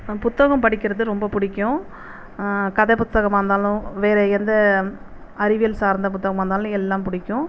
புத்தகம் படிக்கிறது ரொம்ப பிடிக்கும் கதை புஸ்தகமா இருந்தாலும் வேறு எந்த அறிவியல் சார்ந்த புத்தகமாக இருந்தாலும் எல்லாம் பிடிக்கும்